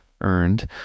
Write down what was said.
earned